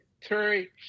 Terry